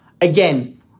again